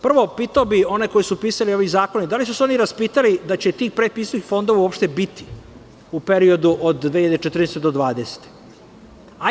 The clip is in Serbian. Prvo, pitao bih one koji su pisali ove zakone, da li su se oni raspitali da će ti pretpristupnih fondova uopšte biti u periodu od 2014 do 2020. godine?